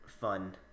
fun